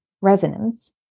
resonance